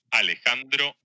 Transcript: Alejandro